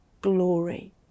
glory